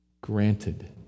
Granted